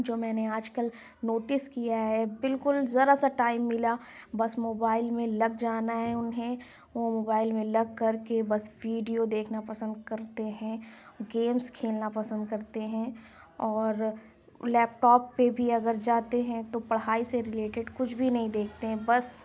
جو میں نے آج کل نوٹس کیا ہے بالکل ذرا سا ٹائم ملا بس موبائل میں لگ جانا ہے انہیں وہ موبائل میں لگ کر کے بس ویڈیو دیکھنا پسند کرتے ہیں گیمس کھیلنا پسند کرتے ہیں اور لیپ ٹاپ پہ بھی اگر جاتے ہیں تو پڑھائی سے رلیٹیڈ کچھ بھی نہیں دیکھتے ہیں بس